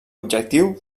objectiu